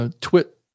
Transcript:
Twit